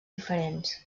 diferents